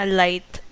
light